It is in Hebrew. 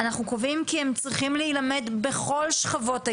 אנחנו קובעים כי הם צריכים להילמד בכל שכבות הגיל,